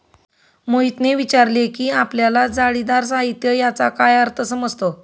मोहितने विचारले की आपल्याला जाळीदार साहित्य याचा काय अर्थ समजतो?